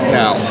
now